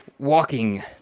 walking